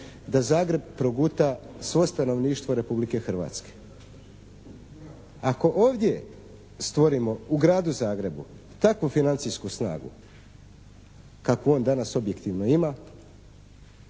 da Zagreb proguta svo stanovništvo Republike Hrvatske. Ako ovdje stvorimo u Gradu Zagrebu takvu financijsku snagu kakvu on danas objektivno ima